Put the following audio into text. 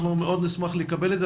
אנחנו מאוד נשמח לקבל את זה.